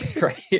right